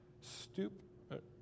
stoop